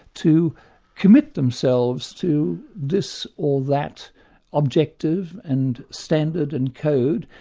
to commit themselves to this or that objective and standard and code,